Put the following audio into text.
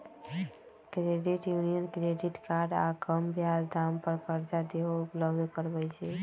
credit union credit card आऽ कम ब्याज दाम पर करजा देहो उपलब्ध करबइ छइ